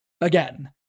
Again